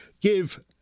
give